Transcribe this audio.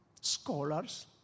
scholars